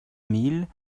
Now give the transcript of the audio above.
mille